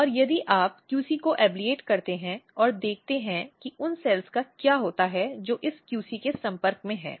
और यदि आप QC को समाप्त करते हैं और देखते हैं कि उन सेल्स का क्या होता है जो इस QC के संपर्क में हैं